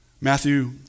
Matthew